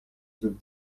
زود